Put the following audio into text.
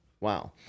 Wow